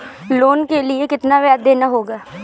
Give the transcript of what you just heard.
Loan के लिए कितना ब्याज देना होगा?